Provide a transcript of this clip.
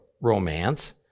romance